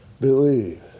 believe